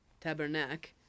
tabernacle